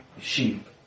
sheep